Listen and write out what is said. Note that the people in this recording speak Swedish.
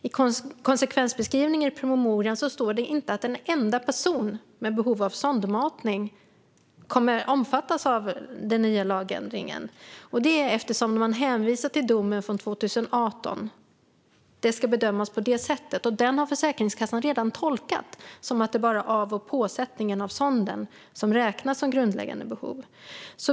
I konsekvensbeskrivningen i promemorian står det inte att en enda person med behov av sondmatning kommer att omfattas av den nya lagändringen, detta eftersom man hänvisar till domen från 2018. Det ska bedömas på det sättet, och den har Försäkringskassan redan tolkat som att det bara är av och påsättningen av sonden som räknas som grundläggande behov.